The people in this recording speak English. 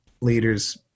leaders